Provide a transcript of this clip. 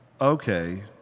okay